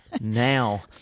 Now